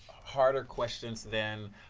harder questions than